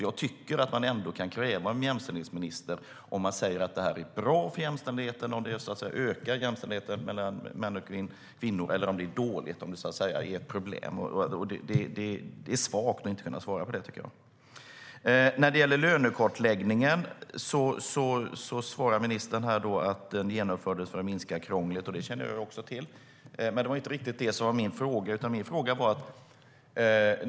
Jag tycker att man ändå kan kräva av jämställdhetsministern att hon säger om det är bra för jämställdheten och ökar jämställdheten mellan kvinnor och män eller om det är dåligt och ett problem. Det är svagt att inte kunna svara på det. När det gäller lönekartläggning svarar ministern att ändringen genomfördes för att minska krånglet, och det känner jag till. Men det är inte riktigt det som min fråga gällde.